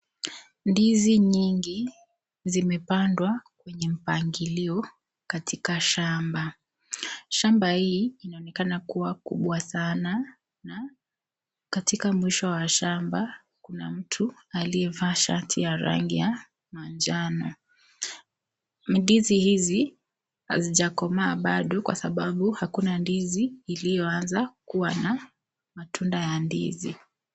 Ndizi nyingi, zimepandwa, kwenye mpangilio, katika shamba. Shamba hii, inaonekana kuwa kubwa sana na katika mwisho wa shamba, kuna mtu aliyevaa sharti ya rangi ya manjano. Ndizi hizi, hazijakomaa bado kwa sababu hakuna ndizi, iliyoanza kuwa na matunda ya ndizi.